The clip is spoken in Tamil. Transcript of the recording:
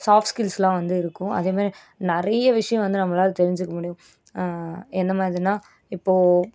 சாஃப்ட் ஸ்கில்ஸ்ஸெலாம் வந்து இருக்கும் அதேமாதிரி நிறைய விஷயம் வந்து நம்மளால் தெரிஞ்சிக்க முடியும் எந்த மாதிரினா இப்போது